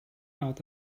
out